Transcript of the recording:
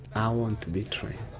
i want to be trained,